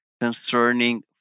concerning